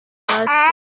hasi